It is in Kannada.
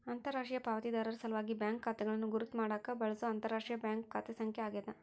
ಅಂತರರಾಷ್ಟ್ರೀಯ ಪಾವತಿದಾರರ ಸಲ್ವಾಗಿ ಬ್ಯಾಂಕ್ ಖಾತೆಗಳನ್ನು ಗುರುತ್ ಮಾಡಾಕ ಬಳ್ಸೊ ಅಂತರರಾಷ್ಟ್ರೀಯ ಬ್ಯಾಂಕ್ ಖಾತೆ ಸಂಖ್ಯೆ ಆಗ್ಯಾದ